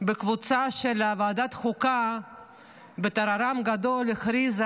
בקבוצה של ועדת החוקה בטררם גדול הכריזה